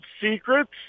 secrets